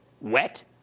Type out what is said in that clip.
Wet